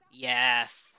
Yes